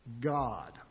God